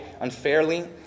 unfairly